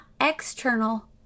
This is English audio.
external